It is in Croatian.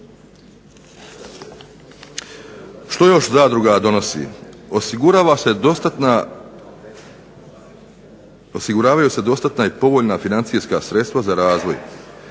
Što još zadruga donosi? Osiguravaju se dostatna i povoljna financijska sredstva za razvoj,